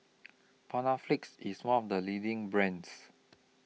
Panaflex IS one of The leading brands